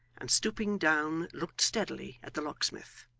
and stooping down looked steadily at the locksmith.